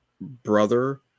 brother